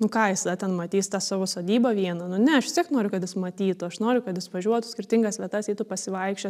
nu ką jis tada ten matys tą savo sodybą vieną nu ne aš vis tiek noriu kad jis matytų aš noriu kad jis važiuotų į skirtingas vietas eitų pasivaikščiot